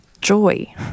joy